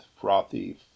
frothy